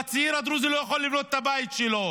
והצעיר הדרוזי לא יכול לבנות את הבית שלו,